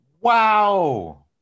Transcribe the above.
wow